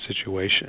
situation